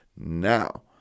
Now